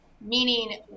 meaning